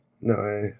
No